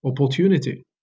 opportunity